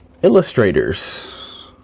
illustrators